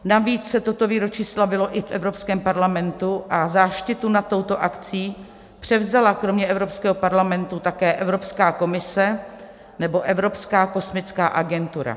Navíc se toto výročí slavilo i v Evropském parlamentu a záštitu nad touto akcí převzala kromě Evropského parlamentu také Evropská komise nebo Evropská kosmická agentura.